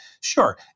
sure